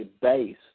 base